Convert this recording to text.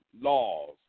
laws